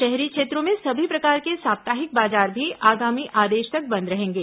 शहरी क्षेत्रों में सभी प्रकार के साप्ताहिक बाजार भी आगामी आदेश तक बंद रहेंगे